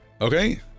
Okay